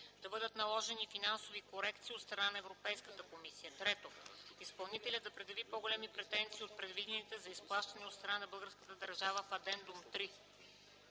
да бъдат наложени финансови корекции от страна на Европейската комисия; - изпълнителят да предяви по-големи претенциите от предвидените за изплащане от страна на българската държава в Адендум 3;